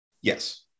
Yes